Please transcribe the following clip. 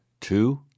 two